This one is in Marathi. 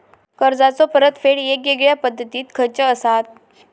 कर्जाचो परतफेड येगयेगल्या पद्धती खयच्या असात?